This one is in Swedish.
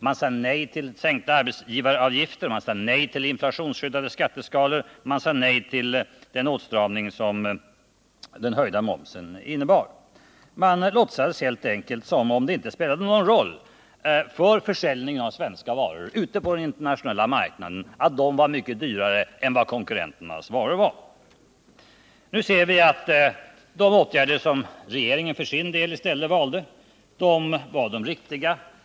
Man sade nej till sänkta arbetsgivaravgifter. Man sade nej till inflationsskyddade skatteskalor. Man sade nej till den åtstramning som den höjda momsen innebar. Man låtsades helt enkelt som om det inte spelade någon roll för försäljningen ute på den internationella marknaden att svenska varor var mycket dyrare än konkurrenternas varor. Nu ser vi att de åtgärder som regeringen för sin del i stället valde var de riktiga.